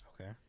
Okay